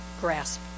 grasp